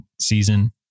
season